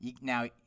Now